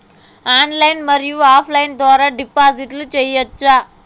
Online మరియు offline ద్వారా డిపాజిట్లు సేయొచ్చా?